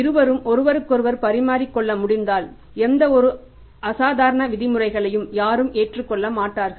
இருவரும் ஒருவருக்கொருவர் பரிமாறிக் கொள்ள முடிந்தால் எந்தவொரு அசாதாரண விதிமுறைகளையும் யாரும் ஏற்றுக்கொள்ள மாட்டார்கள்